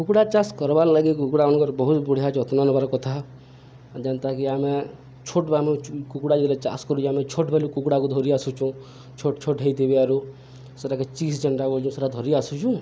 କୁକୁଡ଼ା ଚାଷ କରବାର୍ ଲାଗି କୁକୁଡ଼ାମାନଙ୍କର ବହୁତ ବଢ଼ିଆ ଯତ୍ନ ନବାର କଥା ଯେନ୍ତାକି ଆମେ ଛୋଟ ବା ଆମେ କୁକୁଡ଼ା ଯେତ୍ବେଲେ ଚାଷ କରୁଚୁ ଆମେ ଛୋଟ ବଲୁ କୁକୁଡ଼ାକୁ ଧରି ଆସୁଚୁଁ ଛୋଟ ଛୋଟ ହେଇଥେବେ ଆରୁ ସେଟାକେ ଚିସ୍ ଯେନ୍ଟାଚୁ ସେଟା ଧରି ଆସୁଚୁଁ